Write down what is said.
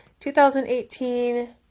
2018